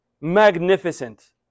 magnificent